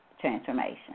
transformation